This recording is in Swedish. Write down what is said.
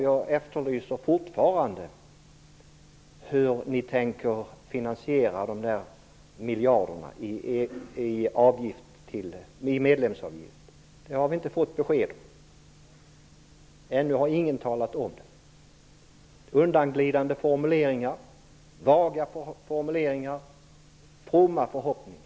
Jag efterlyser fortfarande besked om hur ni tänker finansiera de miljarder som vi skall betala i medlemsavgift. Det har vi inte fått besked om. Ännu har ingen talat om det. Det har varit undanglidande och vaga formuleringar och fromma förhoppningar.